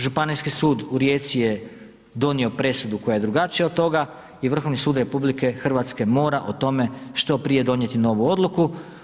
Županijski sud u Rijeci je donio presudu koja je drugačija od toga i Vrhovni sud RH mora o tome što prije donijeti novu odluku.